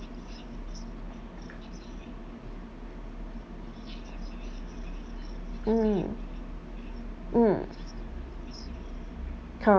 mm mm